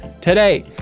today